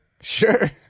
Sure